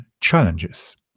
challenges